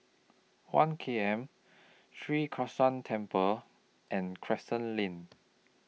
one K M Sri Krishnan Temple and Crescent Lane